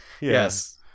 yes